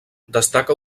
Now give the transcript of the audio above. destaca